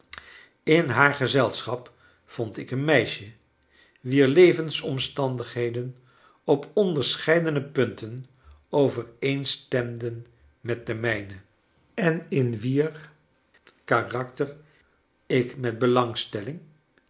in haar gezelschap vond ik een meisje wier levensomstandigheden op ondcrscheidene pun en overeenstum den met de mijne en in wier karakter ik met belangstelling